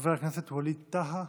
חבר הכנסת ווליד טאהא,